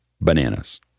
bananas